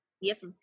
yes